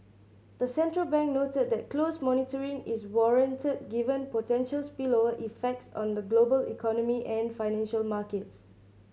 the central bank noted that close monitoring is warranted given potential spillover effects on the global economy and financial markets